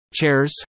chairs